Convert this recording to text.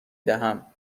دهم